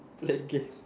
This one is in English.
play game